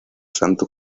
santo